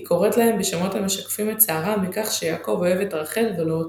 היא קוראת להם בשמות המשקפים את צערה מכך שיעקב אוהב את רחל ולא אותה,